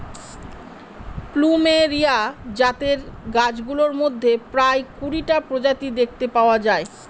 plumeria জাতের গাছগুলোর মধ্যে প্রায় কুড়িটা প্রজাতি দেখতে পাওয়া যায়